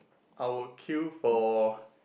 I will queue for